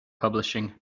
publishing